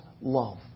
love